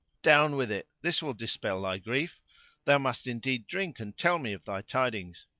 down with it, this will dispel thy grief thou must indeed drink and tell me of thy tidings.